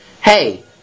hey